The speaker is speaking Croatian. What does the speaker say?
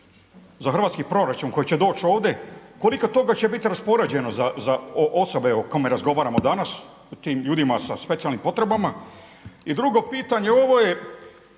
za hrvatski proračun koji će doći ovdje, koliko toga će biti raspoređeno za osobe o kojima razgovaramo danas, o tim ljudima sa specijalnim potrebama? I drugo pitanje, mi